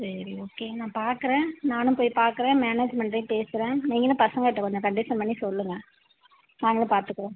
சரி ஓகே நான் பார்க்கறேன் நானும் போய் பார்க்குறேன் மேனேஜ்மெண்ட்டயும் பேசுகிறேன் நீங்களும் பசங்ககிட்ட கொஞ்சம் கண்டிஷன் பண்ணி சொல்லுங்கள் நாங்களும் பார்த்துக்குறோம்